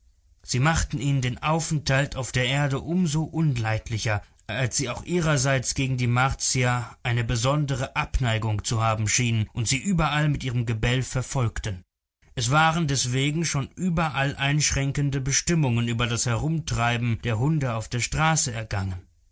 sie machten ihnen den aufenthalt auf der erde um so unleidlicher als sie auch ihrerseits gegen die martier eine besondere abneigung zu haben schienen und sie überall mit ihrem gebell verfolgten es waren deswegen schon überall einschränkende bestimmungen über das herumtreiben der hunde auf der straße ergangen